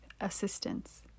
assistance